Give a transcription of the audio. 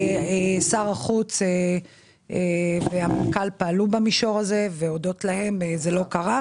שר החוץ והמנכ"ל פעלו במישור הזה והודות להם זה לא קרה.